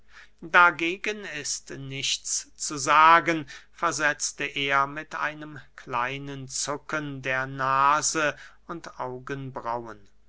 dagegen ist nichts zu sagen versetzte er mit einem kleinen zucken der nase und augenbrauen